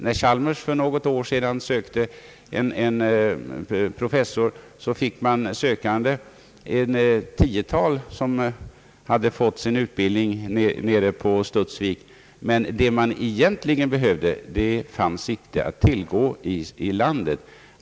När Chalmers för något år sedan skulle ha en professor fick man ett tiotal sökande som fått sin utbildning på Studsvik, men det man egentligen behövde fanns inte att tillgå i landet.